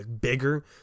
bigger